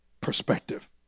Perspective